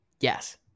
Yes